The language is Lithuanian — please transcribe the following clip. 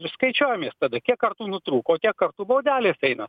skaičiuojamės tada kiek kartų nutrūko tiek kartų baudelės eina